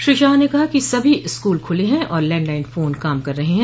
श्री शाह ने कहा कि सभी स्कूल खुले हैं और लैंडलाइन फोन काम कर रहे हैं